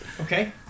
Okay